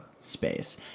space